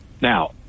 Now